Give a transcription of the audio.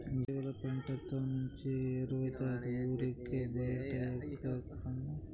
జీవాల పెండతో మంచి ఎరువౌతాది ఊరికే బైటేయకమ్మన్నీ